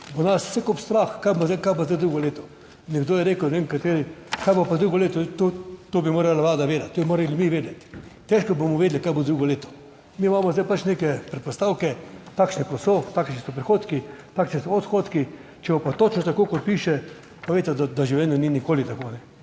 bo nas vse skupaj strah kaj bo zdaj drugo leto. Nekdo je rekel, ne vem kateri, kaj bo pa drugo leto. To bi morala Vlada vedeti, to bi morali mi vedeti, težko bomo vedeli kaj bo drugo. Leto, mi imamo zdaj pač neke predpostavke, takšne kot so, takšni so prihodki, takšni so odhodki. Če bo pa točno tako, kot piše, pa veste, da v življenju ni nikoli tako.